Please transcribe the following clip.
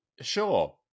Sure